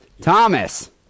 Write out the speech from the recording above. Thomas